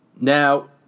Now